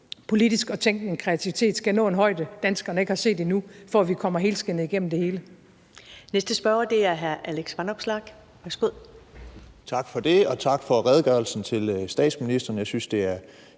politiske tænkning og kreativitet skal nå en højde, danskerne ikke har set endnu, for at vi kommer helskindet igennem det hele.